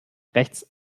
rechts